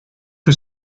que